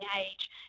age